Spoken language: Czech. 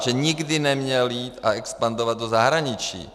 Že nikdy neměl jít a expandovat do zahraničí.